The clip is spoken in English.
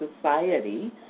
society